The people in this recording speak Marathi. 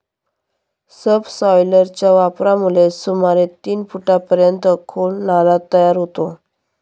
सबसॉयलरच्या वापरामुळे सुमारे तीन फुटांपर्यंत खोल नाला तयार होतो